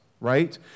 right